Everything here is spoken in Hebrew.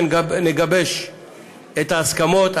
אך לא תקודם עד שנגבש את ההסכמות.